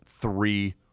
three